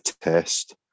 test